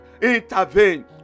intervene